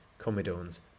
comedones